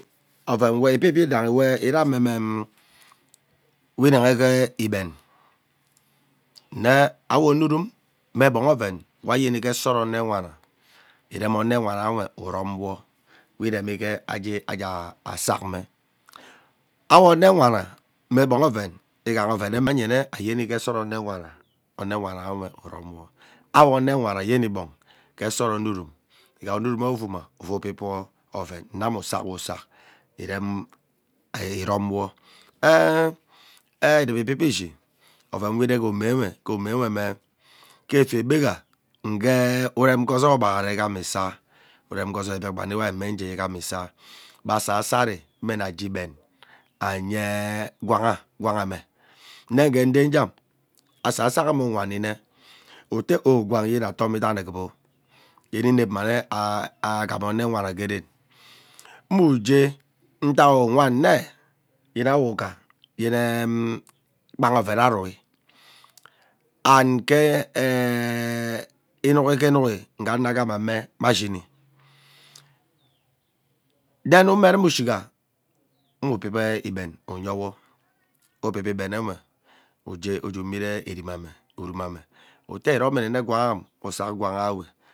Oven we ibib yidahi we iramme mm we nehee gee igben nne awo onumum mme gbong oven wa yene gee sot onowana irem gee agee agaa sakme owo onewana mee gbong oven ighaha ovene yemene onewana onewane uramwo owo onewana ayeni gbong ke set onurem ighaha onurunwe uvuma uvum bibwo oven mme ame usak wo usak iremm iromwo eee ee edubo ibib ishi oven we ire ke omewe ke omewe mm ke efu ghega ugeee urem gee ozot ugbaraghara igham isa urem gee zoi biakpan ewe nume ngee igham isa be asaso ari mme nagee igben anyeen gwanghe gwanme nne uge nree gham asaso agham aghari uwanine oh gwang atoma idane ekpik oh yene inep mma nne agham onewana gee ren mmu jee ntak uwan nne yene awogha yene eee mm kpang oven arue and ke eee inugi ke inugi ngha ano gham ame be ashiui then umeruma ushiga uwuu ibib igben uyewo ibib igbenewo ugee, ugee meet erimane uruma utee iromime nne gwanme usak gwan we.